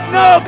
no